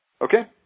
Okay